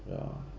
ya